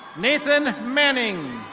nathan mannings.